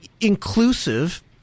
inclusive